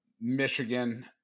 Michigan